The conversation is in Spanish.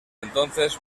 entonces